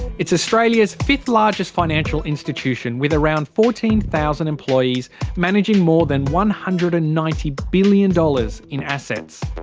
it's australia's fifth largest financial institution, with around fourteen thousand employees managing more than one hundred and ninety billion dollars in assets.